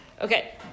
Okay